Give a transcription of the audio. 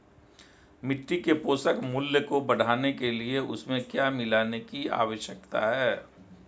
मिट्टी के पोषक मूल्य को बढ़ाने के लिए उसमें क्या मिलाने की आवश्यकता है?